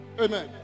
amen